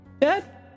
Dad